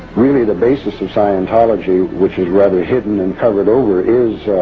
really, the basis of scientology, which is rather hidden and covered over, is